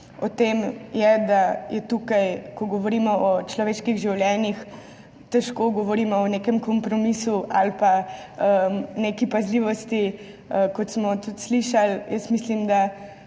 o tem, je, da tukaj, ko govorimo o človeških življenjih, težko govorimo o nekem kompromisu ali pa neki pazljivosti. Kot smo tudi slišali, mislim, da